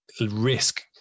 risk